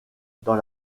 dans